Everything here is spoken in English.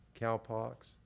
cowpox